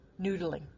noodling